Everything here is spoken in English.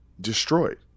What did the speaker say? destroyed